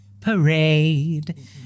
Parade